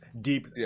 deep